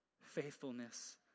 faithfulness